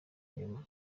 inyuma